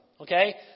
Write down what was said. okay